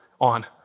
on